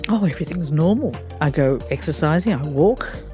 oh, everything is normal. i go exercising, i walk,